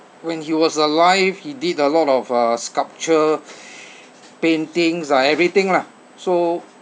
when he was alive he did a lot of uh sculpture paintings ah everything lah so